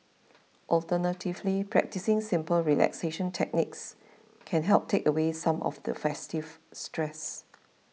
alternatively practising simple relaxation techniques can help take away some of the festive stress